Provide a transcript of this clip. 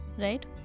Right